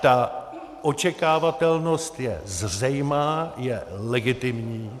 Ta očekávatelnost je zřejmá, je legitimní.